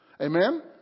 Amen